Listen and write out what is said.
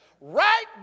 right